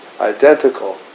identical